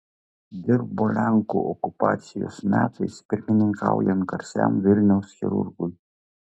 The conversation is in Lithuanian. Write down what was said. dirbo lenkų okupacijos metais pirmininkaujant garsiam vilniaus chirurgui